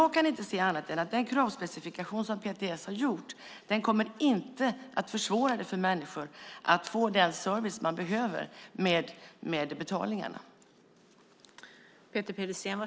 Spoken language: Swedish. Den kravspecifikation som PTS har gjort kommer inte att försvåra för människor att få den service man behöver med betalningarna.